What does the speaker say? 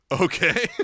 okay